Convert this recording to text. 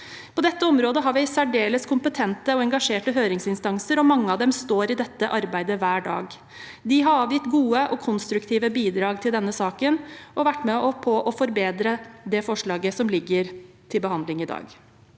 På dette området har vi særdeles kompetente og engasjerte høringsinstanser, og mange av dem står i dette arbeidet hver dag. De har avgitt gode og konstruktive bidrag til denne saken og vært med på å forbedre det forslaget som ligger til behandling i dag.